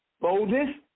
boldness